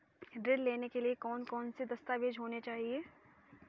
ऋण लेने के लिए कौन कौन से दस्तावेज होने चाहिए?